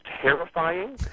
terrifying